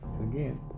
Again